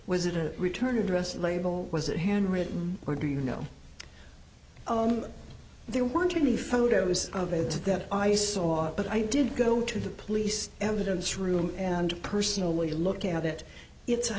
was it a return address label was it handwritten or do you know oh i'm there weren't any photos of it that i saw it but i did go to the police evidence room and personally look at it it's a